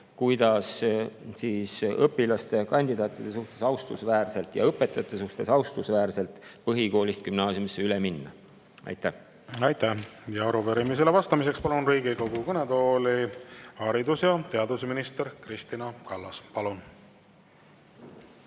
kuidas õpilaskandidaatide ja õpetajate suhtes austusväärselt põhikoolist gümnaasiumisse üle minna. Aitäh! Aitäh! Arupärimisele vastamiseks palun Riigikogu kõnetooli haridus- ja teadusminister Kristina Kallase. Palun!